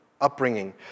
upbringing